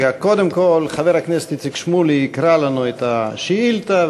חבר הכנסת איציק שמולי יקרא לנו את השאילתה,